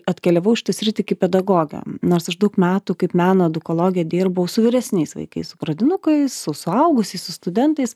atkeliavau į šitą sritį kaip pedagogė nors aš daug metų kaip meno edukologė dirbau su vyresniais vaikais pradinukais su suaugusiais su studentais